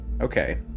Okay